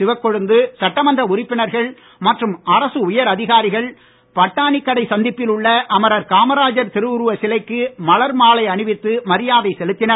சிவக்கொழுந்து சட்டமன்ற உறுப்பினர்கள் மற்றும் அரசு உயர் அதிகாரிகள் பட்டாணி கடை சந்திப்பில் உள்ள அமரர் காமராஜர் திருவுருவச் சிலைக்கு மலர் மாலை அணிவித்து மரியாதை செலுத்தினர்